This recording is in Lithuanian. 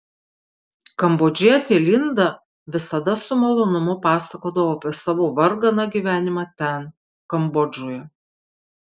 kambodžietė linda visada su malonumu pasakodavo apie savo varganą gyvenimą ten kambodžoje